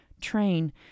train